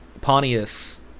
Pontius